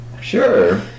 sure